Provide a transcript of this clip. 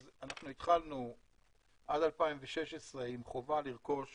אנחנו התחלנו עד 2016 עם חובה לרכוש